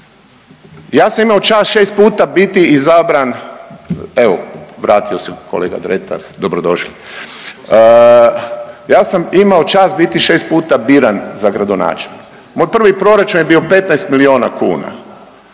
Ja sam imao čast biti 6 puta biran za gradonačelnika. Moj prvi proračun je bio 15 milijuna kuna.